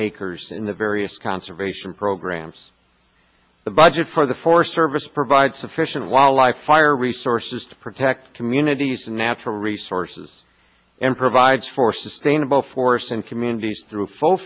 acres in the various conservation program the budget for the forest service provides sufficient wildlife fire resources to protect communities and natural resources and provides for sustainable forests and communities through full